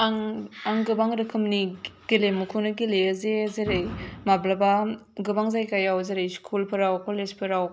आं आं गोबां रोखोमनि गेलेमुखौनो गेलेयो जे जेरै माब्लाबा गोबां जायगायाव जेरै स्कुलफोराव कलेजफोराव